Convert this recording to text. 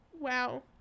Wow